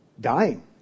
Dying